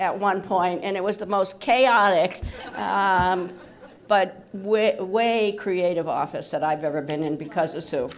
at one point and it was the most chaotic but way creative office that i've ever been in because it's